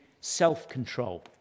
self-control